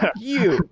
you,